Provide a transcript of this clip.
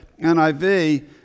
NIV